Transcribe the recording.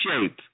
shape